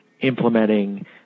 implementing